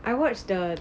I watched the